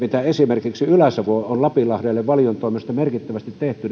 mitä esimerkiksi ylä savoon on lapinlahdelle valion toimesta merkittävästi tehty